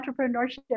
entrepreneurship